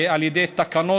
על ידי תקנות,